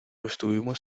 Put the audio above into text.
estuvimos